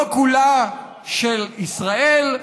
לא כולה של ישראל,